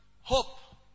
hope